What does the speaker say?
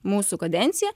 mūsų kadencija